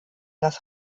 das